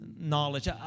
knowledge